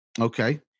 okay